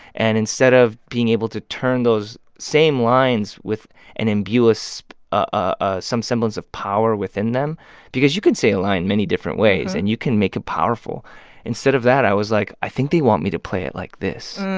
and instead of being able to turn those same lines and imbue ah so ah some semblance of power within them because you can say a line many different ways and you can make it powerful instead of that, i was like, i think they want me to play it like this.